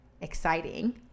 exciting